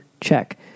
check